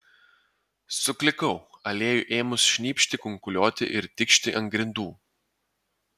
suklikau aliejui ėmus šnypšti kunkuliuoti ir tikšti ant grindų